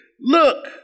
look